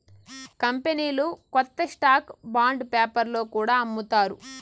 కంపెనీలు కొత్త stock bond పేపర్లో కూడా అమ్ముతారు